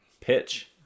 pitch